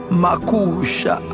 makusha